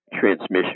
transmission